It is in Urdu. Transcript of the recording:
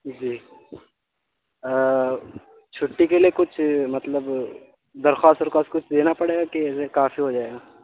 جی چھٹی کے لیے کچھ مطلب درخواست ورخواست کچھ دینا پڑے گا کہ ایسے کافی ہو جائے گا